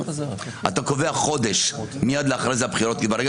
אתה קובע חודש מייד אחרי הבחירות כי ברגע